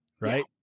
Right